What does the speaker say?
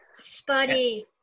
Spuddy